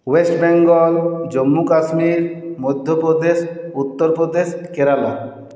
West Bengal Jammu Kashmir Madhya Pradesh Uttar Pradesh Kerala